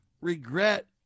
regret